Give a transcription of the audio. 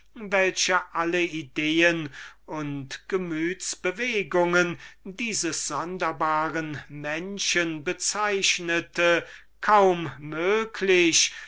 welche alle ideen und gemütsbewegungen dieses sonderbaren menschens charakterisierte kaum möglich